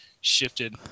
shifted